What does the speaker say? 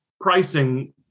pricing